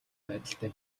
байдалтай